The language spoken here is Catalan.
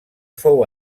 fou